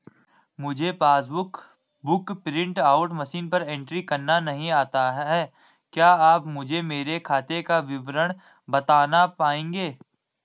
मुझे passbook book print out machine पर entry करना नहीं आता है क्या आप मुझे मेरे खाते का विवरण बताना पाएंगे?